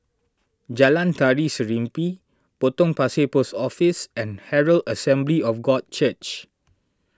Jalan Tari Serimpi Potong Pasir Post Office and Herald Assembly of God Church